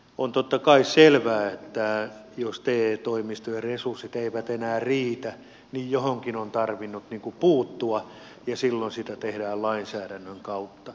on totta kai selvää että jos te toimistojen resurssit eivät enää riitä niin johonkin on tarvinnut puuttua ja silloin sitä tehdään lainsäädännön kautta